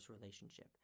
relationship